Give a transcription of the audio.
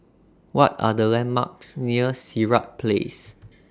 What Are The landmarks near Sirat Place